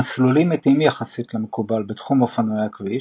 המסלולים אטיים יחסית למקובל בתחום אופנועי הכביש,